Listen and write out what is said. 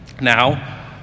Now